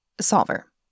solver